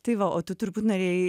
tai va o tu turbūt norėjai